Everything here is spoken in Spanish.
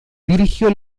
dirigió